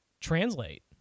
translate